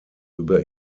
über